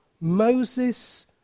Moses